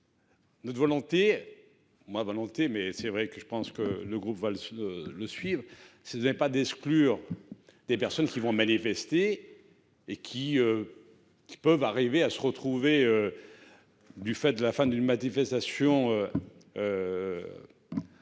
Notre volonté. Moi volonté mais c'est vrai que je pense que le groupe va. Le suivre ça pas d'exclure. Des personnes qui vont manifester et qui. Peuvent arriver à se retrouver. Du fait de la fin d'une manifestation.